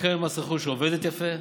קרן מס רכוש עובדת יפה,